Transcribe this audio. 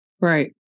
right